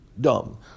Dumb